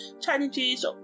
challenges